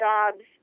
Jobs